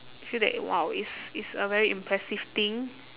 feel that !wow! it's it's a very impressive thing